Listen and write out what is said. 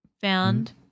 found